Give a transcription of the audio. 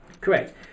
correct